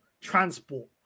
transport